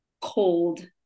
cold